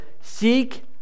Seek